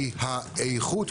כי האיכות,